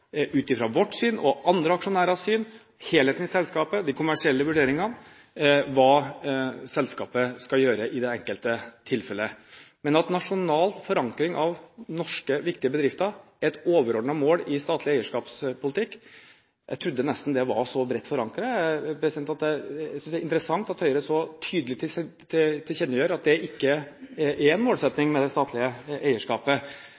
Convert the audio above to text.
ut fra vårt syn og andre aksjonærers syn, helheten i selskapet, de kommersielle vurderingene – hva selskapet skal gjøre i det enkelte tilfellet. Men at nasjonal forankring av norske viktige bedrifter er et overordnet mål i statlig eierskapspolitikk, trodde jeg nesten var så bredt forankret at jeg synes det er interessant at Høyre så tydelig tilkjennegir at det ikke er en målsetting med det statlige eierskapet.